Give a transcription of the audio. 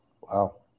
Wow